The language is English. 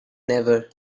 never